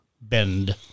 Bend